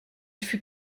fut